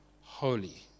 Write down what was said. holy